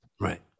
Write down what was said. right